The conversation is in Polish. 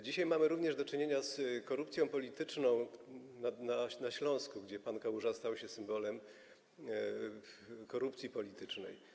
Dzisiaj mamy również do czynienia z korupcją polityczną na Śląsku, gdzie pan Kałuża stał się symbolem korupcji politycznej.